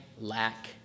lack